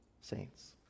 saints